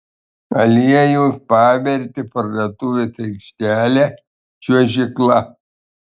aliejus pavertė parduotuvės aikštelę čiuožykla